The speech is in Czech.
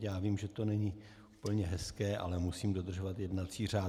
Já vím, že to není úplně hezké, ale musím dodržovat jednací řád.